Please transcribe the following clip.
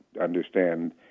understand